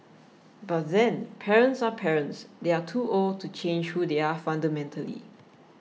but then parents are parents they are too old to change who they are fundamentally